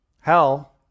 Hell